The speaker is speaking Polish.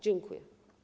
Dziękuję.